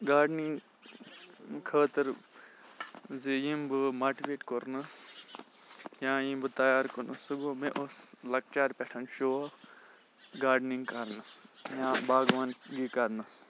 gardening خٲطرٕ زِ یٔمۍ بہٕ ماٹِویٹ کوٚرنس یا یٔمۍ بہٕ تیار کوٚرنس سُہ گوٚو مےٚ اوس لۄکچار پٮ۪ٹھ شوق گاڈنِگ کرنس یا باغوانگی کرنس